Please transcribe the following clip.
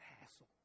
hassle